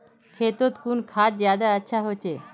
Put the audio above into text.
खेतोत कुन खाद ज्यादा अच्छा होचे?